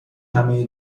همه